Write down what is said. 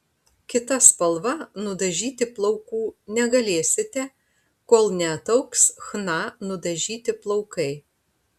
kita spalva nudažyti plaukų negalėsite kol neataugs chna nudažyti plaukai